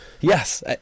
Yes